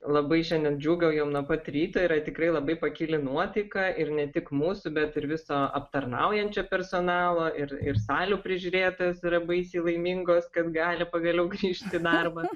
labai šiandien džiūgaujam nuo pat ryto yra tikrai labai pakili nuotaika ir ne tik mūsų bet ir viso aptarnaujančio personalo ir ir salių prižiūrėtojos yra baisiai laimingos kad gali pagaliau grįžti į darbą